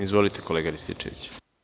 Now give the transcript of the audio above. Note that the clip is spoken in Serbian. Izvolite, kolega Rističeviću.